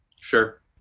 sure